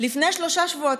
ולפני שלושה שבועות,